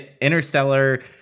Interstellar